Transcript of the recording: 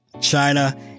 China